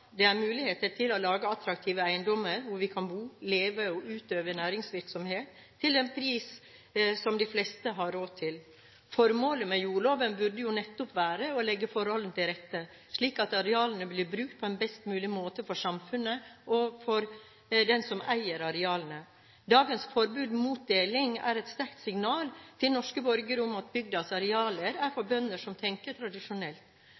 muligheter til å lage attraktive eiendommer hvor vi kan bo, leve og utøve næringsvirksomhet til en pris som de fleste har råd til. Formålet med jordloven burde jo nettopp være å legge forholdene til rette slik at arealene blir brukt på en best mulig måte for samfunnet og for den som eier arealene. Dagens forbud mot deling er et sterkt signal til norske borgere om at bygdas arealer er for bønder som tenker tradisjonelt.